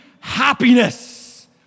happiness